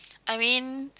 I mean